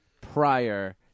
prior